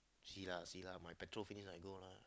see lah see lah my petrol finish I go lah